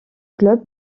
club